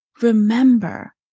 remember